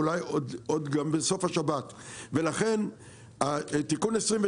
אולי עוד גם בסוף השבת ולכן תיקון 27